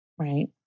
right